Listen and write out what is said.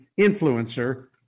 Influencer